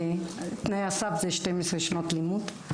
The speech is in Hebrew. תנאי הסף זה 12 שנות לימוד.